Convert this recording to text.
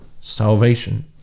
salvation